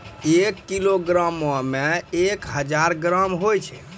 एक किलोग्रामो मे एक हजार ग्राम होय छै